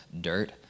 dirt